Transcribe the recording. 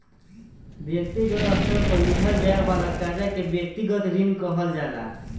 व्यक्तिगत स्तर पर लिहल जाये वाला कर्जा के व्यक्तिगत ऋण कहल जाला